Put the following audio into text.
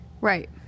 Right